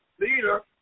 leader